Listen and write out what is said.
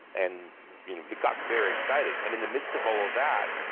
and it got very exciting. and in the midst of all that,